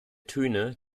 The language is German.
töne